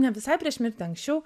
ne visai prieš mirtį anksčiau